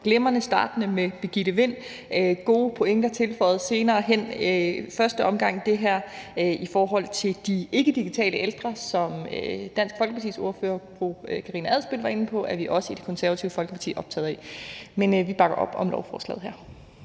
glimrende startende med Birgitte Vind. Der er senere hen blevet tilføjet gode pointer, i første omgang det her i forhold til de ikkedigitale ældre, som Dansk Folkepartis ordfører fru Karina Adsbøl var inde på, som vi også i Det Konservative Folkeparti er optaget af. Men vi bakker op om lovforslaget her.